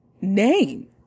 name